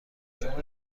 شما